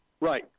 Right